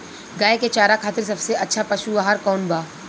गाय के चारा खातिर सबसे अच्छा पशु आहार कौन बा?